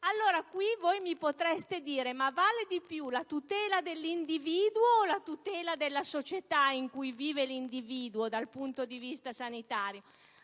questo punto voi potreste chiedermi se vale di più la tutela dell'individuo o la tutela della società in cui vive l'individuo dal punto di vista sanitario.